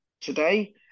today